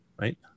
right